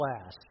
class